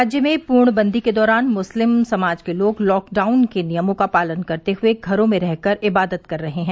राज्य में पूर्णबंदी के दौरान मुस्लिम समाज के लोग लॉकडाउन के नियमों का पालन करते हुए घरों में रह कर इबादत कर रहे हैं